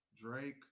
Drake